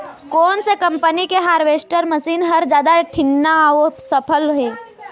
कोन से कम्पनी के हारवेस्टर मशीन हर जादा ठीन्ना अऊ सफल हे?